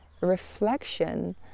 reflection